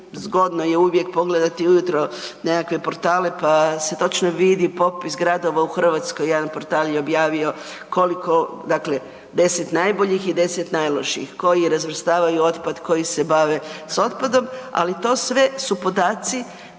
zgodno je uvijek pogledati ujutro nekakve portale pa se točno vidi popis gradova u Hrvatskoj, jedan portal je objavio koliko, dakle, 10 najboljih i 10 najlošijih, koji razvrstavaju otpad, koji se bave s otpadom, ali to sve su podaci